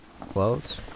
Clothes